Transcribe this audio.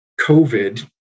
COVID